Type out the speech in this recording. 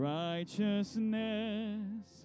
righteousness